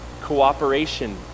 cooperation